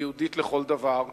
ויהודית לכל דבר,